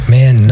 Man